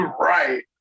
Right